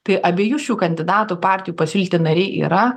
tai abiejų šių kandidatų partijų pasiūlyti nariai yra